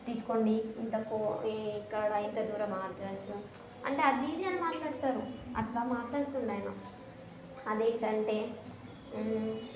తీసుకోండి ఇంతకు మీ ఇక్కడ ఇంత దూరమా అడ్రస్సు అంటే అది ఇది అని మాట్లాడతారు అట్లా మాట్లాతున్నాడు ఆయన అది ఏంటంటే